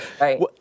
right